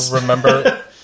remember